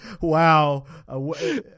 Wow